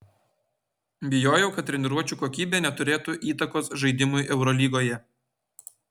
bijojau kad treniruočių kokybė neturėtų įtakos žaidimui eurolygoje